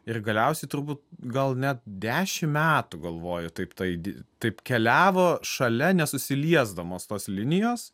ir galiausiai turbūt gal net dešim metų galvoju taip ta id taip keliavo šalia nesusiliesdamos tos linijos